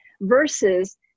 versus